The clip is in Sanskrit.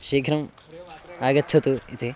शीघ्रम् आगच्छतु इति